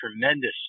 tremendous